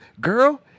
girl